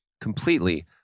completely